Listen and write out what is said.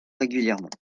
régulièrement